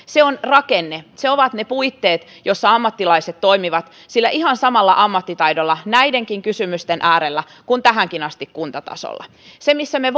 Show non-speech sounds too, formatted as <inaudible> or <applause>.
<unintelligible> se on se rakenne ne ovat ne puitteet joissa ammattilaiset toimivat ihan sillä samalla ammattitaidolla näidenkin kysymysten äärellä kuin tähänkin asti kuntatasolla se mitä me <unintelligible>